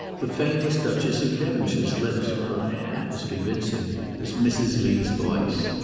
the famous duchess of devonshire's lips were not half as convincing as mrs. lee's voice.